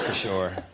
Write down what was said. sure.